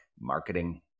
marketing